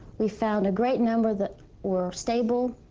we found a great number that were stable,